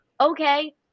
Okay